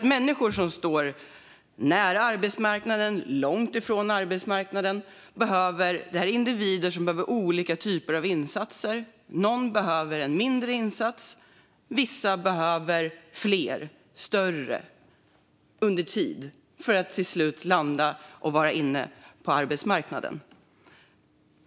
Människor som står nära eller långt från arbetsmarknaden är individer som behöver olika typer av insatser. Någon behöver en mindre insats, och vissa behöver fler, större insatser över tid för att till slut landa och vara inne på arbetsmarknaden.